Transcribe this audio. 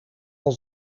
wel